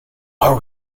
are